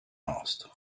asked